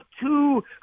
two